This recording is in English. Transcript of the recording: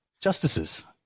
justices